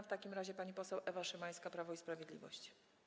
W takim razie pani poseł Ewa Szymańska, Prawo i Sprawiedliwość.